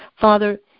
Father